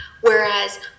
Whereas